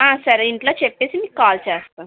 సరే ఇంట్లో చెప్పేసి మీకు కాల్ చేస్తాను